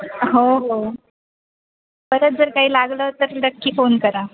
हो हो परत जर काही लागलं तर नक्की फोन करा